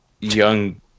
Young